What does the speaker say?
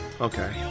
okay